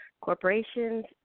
corporations